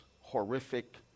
horrific